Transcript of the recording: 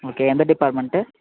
okay எந்த department